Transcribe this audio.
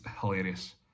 hilarious